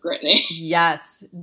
Yes